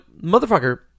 motherfucker